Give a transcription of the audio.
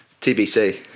TBC